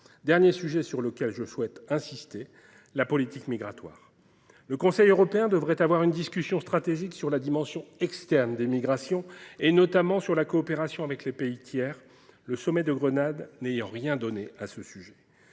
dernier sujet sur lequel je souhaite insister est la politique migratoire. Le Conseil européen devrait avoir une discussion stratégique sur la dimension externe des migrations, notamment sur la coopération avec les pays tiers, le sommet de Grenade n’ayant rien donné à ce sujet.